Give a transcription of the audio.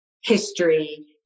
history